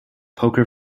poker